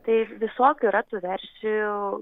tai visokių yra tų versijų